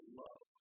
love